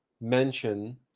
mention